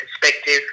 perspective